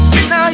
Now